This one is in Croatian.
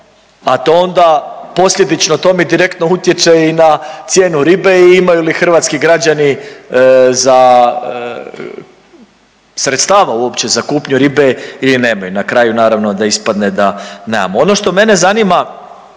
a to onda posljedično tome direktno utječe i na cijenu ribe i imaju li hrvatski građani za, sredstava uopće za kupnju ribe ili nemaju. Na kraju, naravno da ispadne da nemaju. Ono što mene zanima